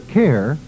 care